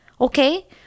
Okay